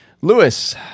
Lewis